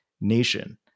nation